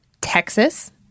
Texas